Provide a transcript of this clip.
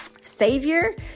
savior